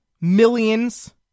millions